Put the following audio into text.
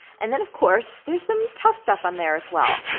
and then, of course, there's some tough stuff on there, as well.